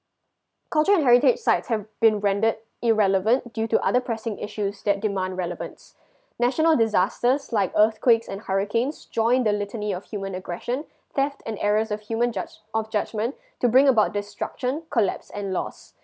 culture and heritage sites have been rendered irrelevant due to other pressing issues that demand relevance national disasters like earthquakes and hurricanes join the litany of human aggression death and errors of human judge~ of judgement to bring about disruption collapse and lost